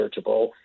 searchable